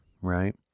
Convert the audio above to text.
right